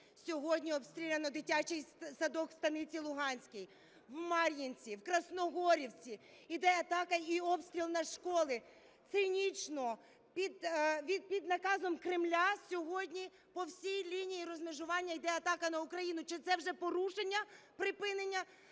Сьогодні обстріляно дитячий садок в Станиці Луганській, в Мар'їнці, в Красногорівці. Іде атака і обстріл на школи! Цинічно під наказом Кремля сьогодні по всій лінії розмежування йде атака на Україну. Чи це вже порушення припинення